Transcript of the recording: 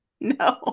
No